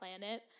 planet